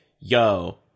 yo